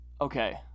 okay